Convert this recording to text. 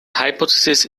hypothesis